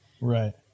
Right